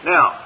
Now